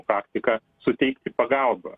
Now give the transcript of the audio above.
praktika suteikti pagalbą